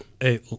hey